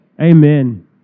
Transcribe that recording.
amen